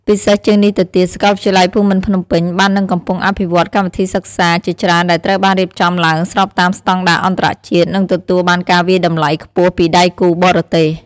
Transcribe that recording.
ពិសេសជាងនេះទៅទៀត សាកលវិទ្យាល័យភូមិន្ទភ្នំពេញ បាននិងកំពុងអភិវឌ្ឍកម្មវិធីសិក្សាជាច្រើនដែលត្រូវបានរៀបចំឡើងស្របតាមស្តង់ដារអន្តរជាតិ និងទទួលបានការវាយតម្លៃខ្ពស់ពីដៃគូបរទេស។